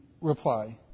reply